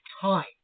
time